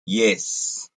yes